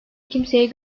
kimseye